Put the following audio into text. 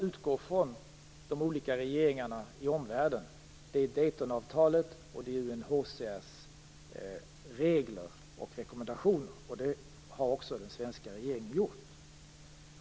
Detta är vad de olika regeringarna i omvärlden har att utgå ifrån, alltså Daytonavtalet och UNHCR:s regler och rekommendationer. Det har också den svenska regeringen gjort.